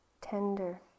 tender